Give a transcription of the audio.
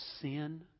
sin